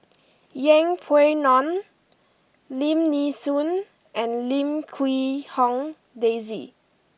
Yeng Pway Ngon Lim Nee Soon and Lim Quee Hong Daisy